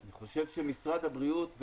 אני חושב שמשרד הבריאות,